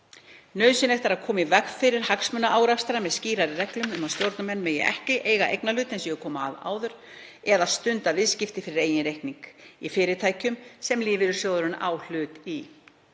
Nauðsynlegt er að koma í veg fyrir hagsmunaárekstra með skýrari reglum um að stjórnarmenn megi ekki eiga eignarhlut, eins og ég kom að áður, eða stunda viðskipti fyrir eigin reikning í fyrirtækjum sem lífeyrissjóðurinn á hlut í